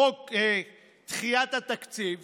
חוק דחיית התקציב